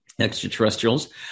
extraterrestrials